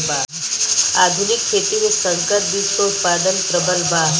आधुनिक खेती में संकर बीज क उतपादन प्रबल बा